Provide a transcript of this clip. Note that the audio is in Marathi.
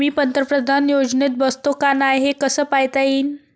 मी पंतप्रधान योजनेत बसतो का नाय, हे कस पायता येईन?